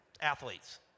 athletes